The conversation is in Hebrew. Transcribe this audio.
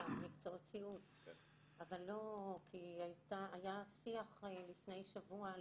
כי היה שיח לפני שבוע.